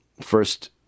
first